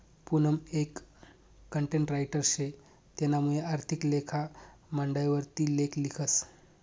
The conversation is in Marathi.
पूनम एक कंटेंट रायटर शे तेनामुये आर्थिक लेखा मंडयवर ती लेख लिखस